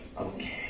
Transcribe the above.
okay